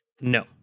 No